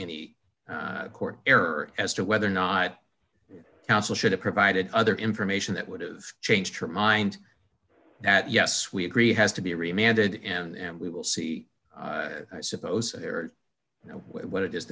any court error as to whether or not counsel should have provided other information that would have changed her mind that yes we agree has to be reminded and we will see i suppose what it is